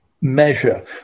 measure